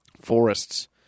forests